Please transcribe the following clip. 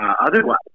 otherwise